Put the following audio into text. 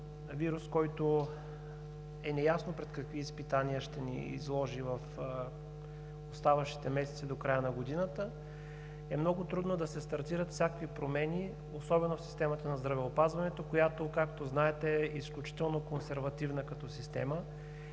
коронавирус, който е неясно пред какви изпитания ще ни изправи в оставащите месеци до края на годината, е много трудно да се стартират всякакви промени, особено в системата на здравеопазването, която, както знаете, е изключително консервативна като система.